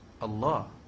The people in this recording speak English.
Allah